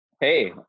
Hey